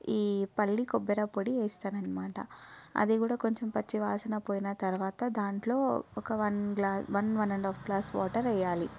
ఈ పల్లి కొబ్బరి పొడి వేస్తాను అన్నమాట అది కూడా కొంచెం పచ్చివాసన పోయిన తరువాత దాంట్లో ఒక one one and half glass water వేయాలి